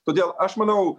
todėl aš manau